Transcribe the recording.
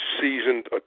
seasoned